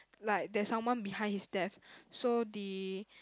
like there's someone behind his death so he